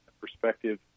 perspective